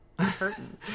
curtain